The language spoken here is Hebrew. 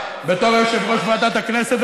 בתור יושב-ראש ועדת הכנסת,